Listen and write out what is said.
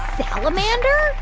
salamander?